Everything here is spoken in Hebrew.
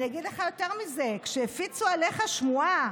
אני אגיד לך יותר מזה, כשהפיצו עליך שמועה